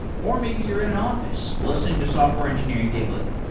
or maybe you're in in office listening to software engineering daily.